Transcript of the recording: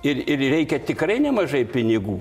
ir ir reikia tikrai nemažai pinigų